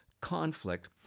conflict